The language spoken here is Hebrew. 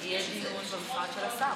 יש לכן עדיפות לבחור.